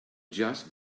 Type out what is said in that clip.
just